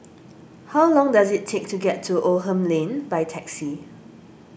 how long does it take to get to Oldham Lane by taxi